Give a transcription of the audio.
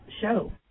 Show